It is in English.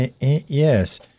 Yes